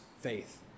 faith